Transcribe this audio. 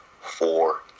four